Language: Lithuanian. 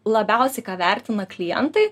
labiausi vertina klientai